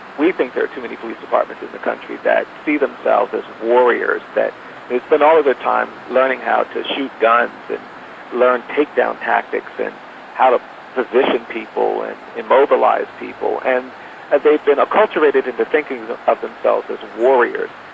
we think there are too many police departments in the country that see themselves as warriors, that they spend all of their time learning how to shoot guns and learn take-down tactics and how to position people and immobilise people, and ah they've been enculturated into thinking of themselves as warriors.